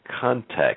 context